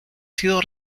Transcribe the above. sido